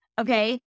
Okay